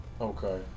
Okay